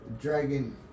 dragon